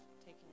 taking